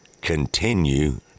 continue